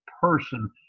person